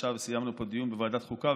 עכשיו סיימנו דיון בוועדת החוקה,